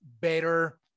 better